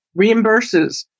reimburses